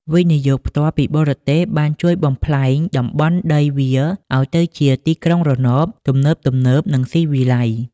វិនិយោគផ្ទាល់ពីបរទេស បានជួយបំប្លែងតំបន់ដីវាលឱ្យទៅជា "ទីក្រុងរណប" ទំនើបៗ និងស៊ីវិល័យ។